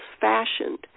fashioned